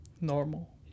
normal